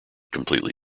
completely